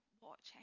watching